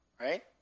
right